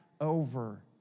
over